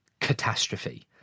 catastrophe